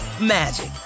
magic